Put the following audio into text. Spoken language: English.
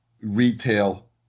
retail